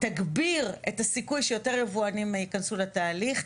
תגביר את הסיכוי שיותר יבואנים ייכנסו לתהליך,